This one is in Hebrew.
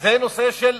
זה גם נושא של